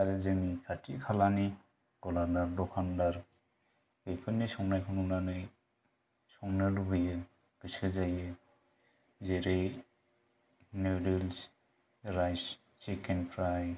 आरो जोंनि खाथि खालानि गलादार दखानदार बेफोरनि संनायखौ नुनानै संनो लुबैयो गोसो जायो जेरै नुडोलस राइस चिकेन फ्राय